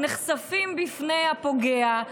נחשפים בפני הפוגע,